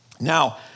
Now